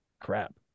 crap